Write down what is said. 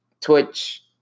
Twitch